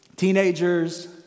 Teenagers